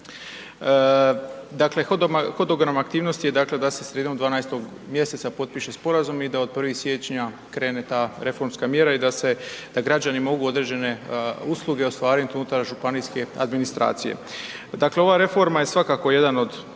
Dakle, hodogram aktivnosti je dakle da se sredinom 12. mjeseca potpiše sporazum i da od 1. siječnja krene ta reformska mjera i da građani mogu određene usluge ostvariti unutar županijske administracije. Dakle, ova reforma je svakako jedan od